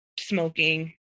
smoking